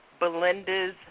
Belinda's